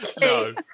no